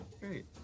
Great